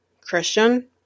Christian